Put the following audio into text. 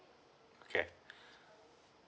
okay